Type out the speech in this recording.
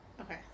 Okay